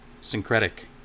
syncretic